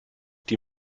die